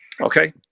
okay